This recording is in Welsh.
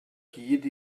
hyd